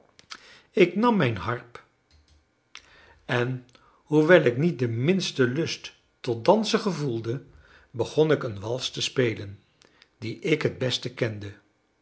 ik nam mijn harp en hoewel ik niet den minsten lust tot dansen gevoelde begon ik een wals te spelen die ik het best kende